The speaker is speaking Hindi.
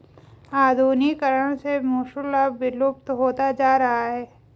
आधुनिकीकरण से मूसल अब विलुप्त होता जा रहा है